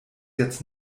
jetzt